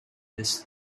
this